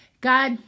God